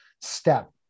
step